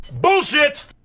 Bullshit